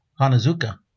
Hanazuka